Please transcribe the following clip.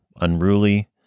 unruly